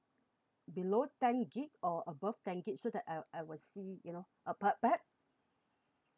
below ten gig or above ten gig so that I I will see you know uh per~ perh~